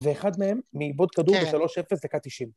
ואחד מהם מאיבוד כדור בשלוש אפס, דקה תשעים